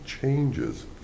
changes